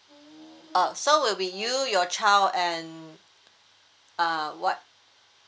oh so will be you your child and uh what